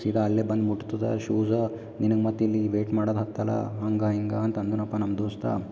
ಸೀದಾ ಅಲ್ಲೇ ಬಂದು ಮುಟ್ತದ ಶೂಸಾ ನಿನಗೆ ಮತ್ತಿಲ್ಲಿ ವೇಟ್ ಮಾಡೊಲ್ಲ ಹತ್ತಲ್ಲ ಹಂಗೆ ಹಿಂಗೆ ಅಂತ ಅಂದನಪ್ಪಾ ನಮ್ಮ ದೋಸ್ತ